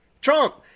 trump